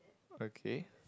okay